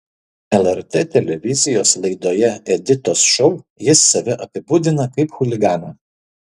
lrt televizijos laidoje editos šou jis save apibūdina kaip chuliganą